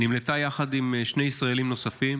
היא נמלטה יחד עם שני ישראלים נוספים